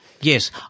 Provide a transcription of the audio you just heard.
yes